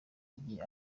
igihe